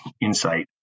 insight